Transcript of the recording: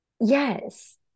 yes